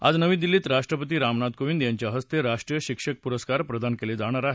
आज नवी दिल्लीत राष्ट्रपती रामनाथ कोविंद यांच्या हस्ते राष्ट्रीय शिक्षक पुरस्कार प्रदान केले जाणार आहेत